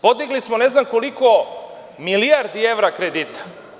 Podigli smo ne znam koliko milijardi evra kredita.